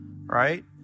right